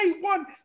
one